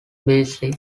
beazley